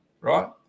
right